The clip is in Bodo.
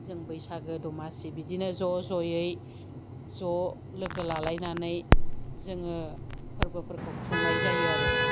जों बैसागो दमासि बिदिनो ज' जयै ज' लोगो लालायनानै जोङो फोरबोफोरखौ खुंनाय जायो आरो